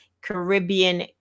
Caribbean